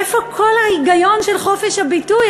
איפה כל ההיגיון של חופש הביטוי?